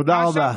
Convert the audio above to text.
תודה רבה.